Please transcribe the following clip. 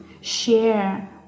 share